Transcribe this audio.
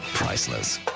priceless.